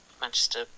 Manchester